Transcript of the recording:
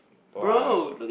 what